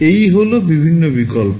এই হল বিভিন্ন বিকল্প